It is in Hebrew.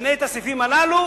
משנה את הסעיפים הללו.